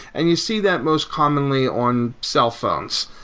and you see that most commonly on cellphones.